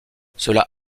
cela